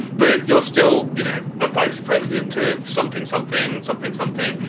but you're still, you know, a vice president to something, something, something, something.